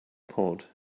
pod